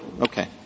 Okay